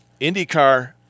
IndyCar